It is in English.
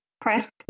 Press